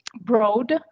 broad